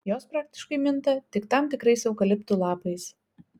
jos praktiškai minta tik tam tikrais eukaliptų lapais